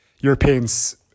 Europeans